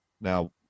now